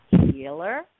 Healer